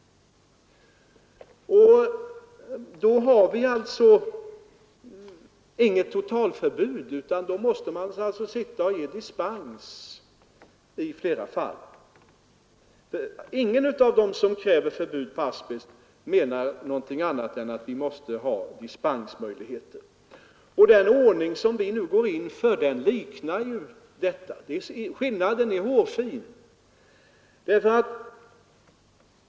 Då blir det alltså inget totalförbud, utan man måste ge dispens i flera fall. Ingen av dem som kräver förbud mot asbest menar något annat än att vi måste ha dispensmöjligheter. Den ordning som vi nu går in för liknar detta. Skillnaden är hårfin.